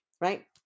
right